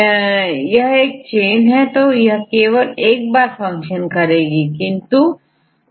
जैसे यहां एक चैन monomer होगीकईmonomer मिलकरoligomer बनाएंगी और महत्वपूर्ण कार्य करेंगी